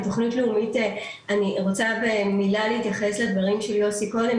אני רוצה במילה להתייחס לדברים של יוסי קודם,